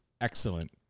excellent